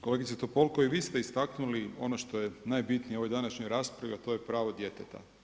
Kolegice Topolko, i vi ste istaknuli ono što je najbitnije u ovoj današnjoj raspravi, a to je pravo djeteta.